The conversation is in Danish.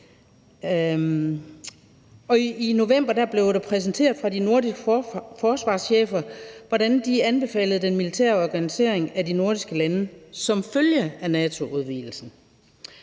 I november blev det præsenteret af de nordiske forsvarschefer, hvordan de anbefalede den militære organisering af de nordiske lande som følge af NATO-udvidelsen.